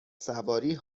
سواری